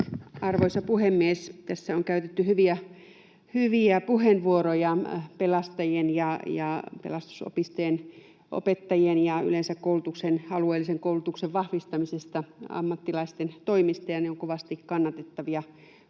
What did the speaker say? Arvoisa puhemies! Tässä on käytetty hyviä puheenvuoroja pelastajien ja pelastusopistojen opettajien puolesta ja yleensä alueellisen koulutuksen vahvistamisesta ammattilaisten toimesta, ja ne ovat kovasti kannatettavia puheenvuoroja